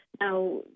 Now